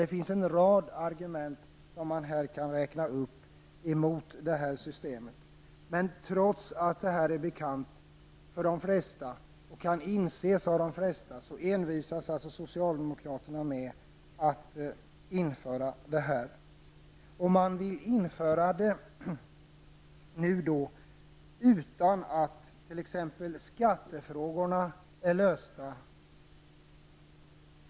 Det finns en rad argument emot detta system som man skulle kunna räkna upp. Trots att dessa argument är bekanta för de flesta och kan inses av de flesta envisas socialdemokraterna med att införa det här systemet. Man vill nu införa det utan att t.ex. skattefrågorna är lösta.